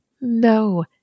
No